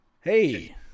Hey